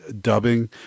dubbing